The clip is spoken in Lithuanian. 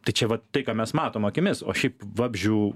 tai čia vat tai ką mes matom akimis o šiaip vabzdžių